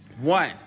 One